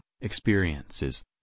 experiences